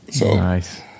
Nice